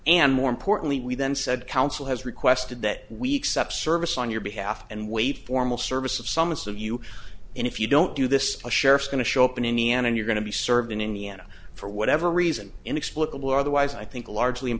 and more importantly we then said counsel has requested that we accept service on your behalf and wait formal service of some of you and if you don't do this a sheriffs going to show up in indiana you're going to be served in indiana for whatever reason inexplicably or otherwise i think largely in